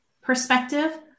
perspective